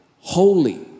holy